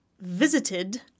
visited